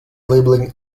labeling